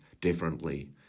differently